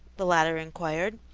the latter inquired,